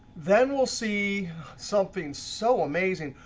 then we'll see something so amazing.